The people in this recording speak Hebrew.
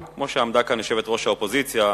כמו שעמדה כאן יושבת-ראש האופוזיציה,